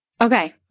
Okay